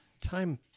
Time